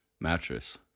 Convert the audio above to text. mattress